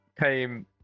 came